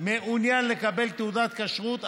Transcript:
מעוניין לקבל תעודת כשרות,